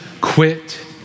quit